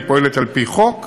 פועלת על-פי חוק